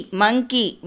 monkey